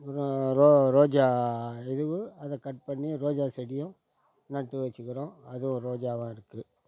அப்புறம் ரோஜா அதுவும் அதை கட் பண்ணி ரோஜா செடியும் நட்டு வெச்சுக்கிறோம் அதுவும் ரோஜாவும் இருக்குது